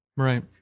Right